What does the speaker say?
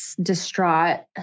distraught